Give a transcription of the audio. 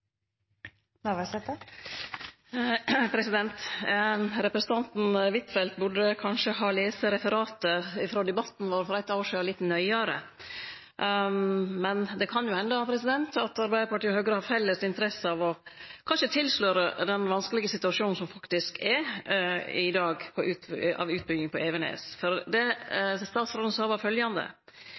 Representanten Huitfeldt burde kanskje ha lese referatet frå debatten for eit år sidan litt nøyare, men det kan jo hende at Arbeidarpartiet og Høgre har felles interesse av å kanskje tilsløre den vanskelege situasjonen som faktisk er i dag ved utbygging på Evenes. Det statsråden sa, var følgjande: